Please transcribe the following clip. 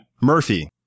Murphy